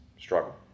struggle